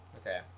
okay